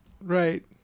Right